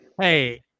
Hey